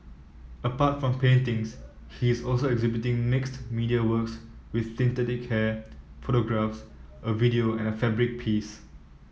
apart from paintings he is also exhibiting mixed media works with synthetic hair photographs a video and a fabric piece